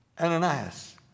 Ananias